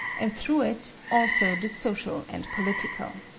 and through it also the social and political.